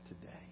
today